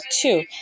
two